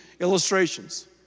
illustrations